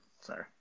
Sorry